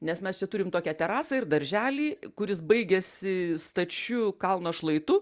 nes mes čia turim tokią terasą ir darželį kuris baigiasi stačiu kalno šlaitu